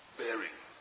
bearing